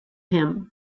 him